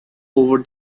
over